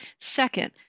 Second